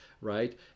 right